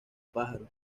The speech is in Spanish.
pájaro